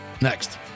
Next